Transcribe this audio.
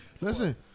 Listen